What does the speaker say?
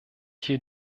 hier